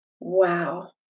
Wow